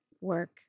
work